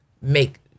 make